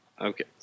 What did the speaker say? Okay